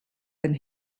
than